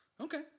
Okay